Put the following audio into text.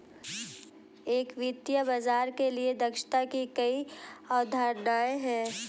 एक वित्तीय बाजार के लिए दक्षता की कई अवधारणाएं हैं